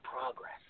progress